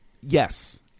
yes